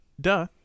Duh